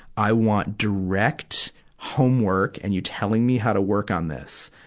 i want direct homework and you telling me how to work on this.